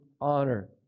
honor